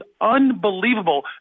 unbelievable